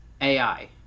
AI